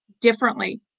differently